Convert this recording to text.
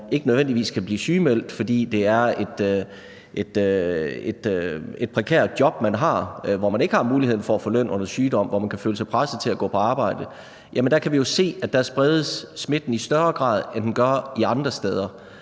ikke nødvendigvis kan blive sygemeldt, fordi det er et prekært job, man har, hvor man ikke har muligheden for at få løn under sygdom, og hvor man kan føle sig presset til at gå på arbejde. Der kan vi se at smitten spredes i højere grad, end den gør andre steder.